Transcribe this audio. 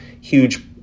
huge